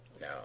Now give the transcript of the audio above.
no